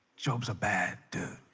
jobs are bad